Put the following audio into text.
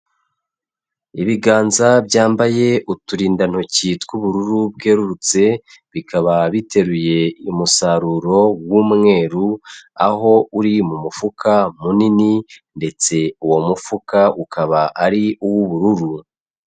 Ibiganza byambaye uturindantoki tw'ubururu bwerurutse, bikaba biteruye umusaruro w'umweru, aho uri mu mufuka munini ndetse uwo mufuka ukaba ari uw'ubururu.